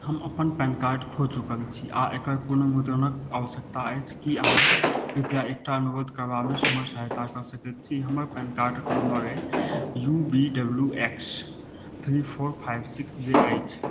हम अपन PAN card खो चुकल छी आओर एकर पुनर्मुद्रणके आवश्यकता छि कि अहाँ कृपया एकटा अनुरोध करबामे हमर सहायता कऽ सकै छी हमर पैन कार्डके number I U V W X three four five six J अछि